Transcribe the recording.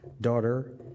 daughter